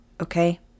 okay